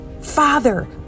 Father